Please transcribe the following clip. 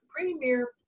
premier